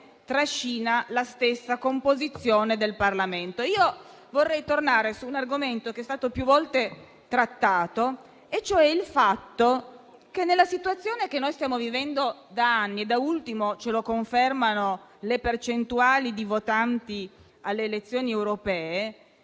trascina la stessa composizione del Parlamento. Vorrei tornare su un argomento che è stato più volte trattato, cioè il fatto che, nella situazione che stiamo vivendo da anni, come da ultimo ci confermano le percentuali di votanti alle elezioni europee,